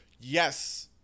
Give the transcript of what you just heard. yes